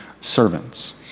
servants